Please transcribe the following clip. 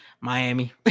Miami